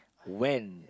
when